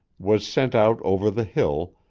was sent out over the hill,